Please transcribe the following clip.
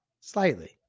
slightly